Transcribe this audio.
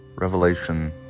Revelation